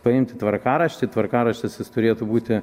paimti tvarkaraštį tvarkaraštis jis turėtų būti